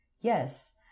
yes